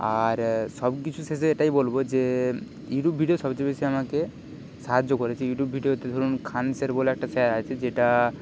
আর সবকিছু শেষে এটাই বলবো যে ইউটিউব ভিডিও সবচেয়ে বেশি আমাকে সাহায্য করেছে ইউটিউব ভিডিওতে ধরুন খান স্যার বলে একটা স্যার আছে যেটা